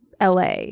LA